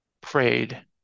prayed